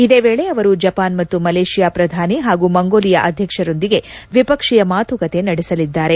ಇದೇ ವೇಳೆ ಅವರು ಜಪಾನ್ ಮತ್ತು ಮಲೇಷಿಯಾ ಪ್ರಧಾನಿ ಹಾಗೂ ಮಂಗೋಲಿಯಾ ಅಧ್ಯಕ್ಷರೊಂದಿಗೆ ದ್ವಿಪಕ್ಷೀಯ ಮಾತುಕತೆ ನಡೆಸಲಿದ್ದಾರೆ